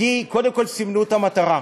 כי קודם כול סימנו את המטרה.